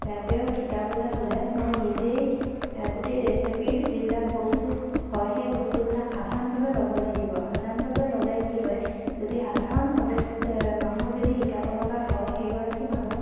তেওঁক শিকাবলৈ হ'লে মই নিজেই গোটেই ৰেচিপিৰ যিবিলাক বস্তু হয় সেই বস্তুবিলাক সাধাৰণভাৱে ল'ব লাগিব সাধাৰণভাৱে ল'লে কি হয় যদি সাধাৰণভাৱে মানুহক যদি শিকাব লগা হয় সেইগৰাকী মানুহ